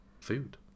food